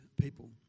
people